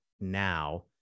now